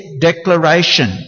declaration